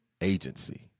agency